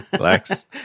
Lex